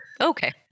Okay